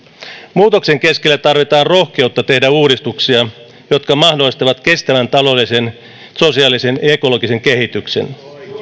muutoksen keskellä tarvitaan rohkeutta tehdä uudistuksia jotka mahdollistavat kestävän taloudellisen sosiaalisen ja ekologisen kehityksen